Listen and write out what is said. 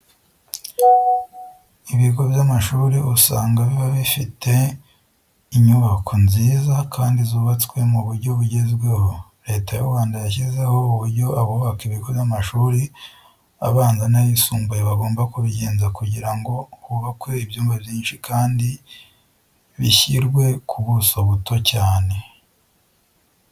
Ibigo by'amashuri usanga biba bifite inyubako nziza kandi zubatswe mu buryo bugezweho. Leta y'u Rwanda yashyizeho uburyo abubaka ibigo by'amashuri abanza n'ayisumbuye bagomba kubigenza kugira ngo hubakwe ibyumba byinshi kandi bishyirwe ku buso buto cyane.